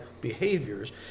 behaviors